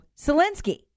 Zelensky